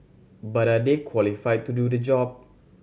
but are they qualified to do the job